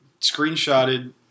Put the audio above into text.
screenshotted